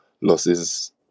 losses